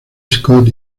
scott